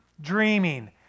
dreaming